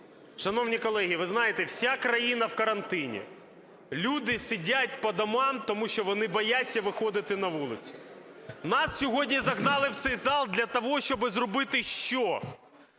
Шановні колеги, ви знаєте, вся країна в карантині, люди сидять по домівкам, тому що вони бояться виходити на вулицю. Нас сьогодні загнали в цей зал для того, щоб зробити що?